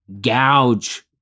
gouge